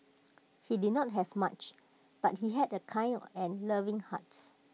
he did not have much but he had A kind and loving hearts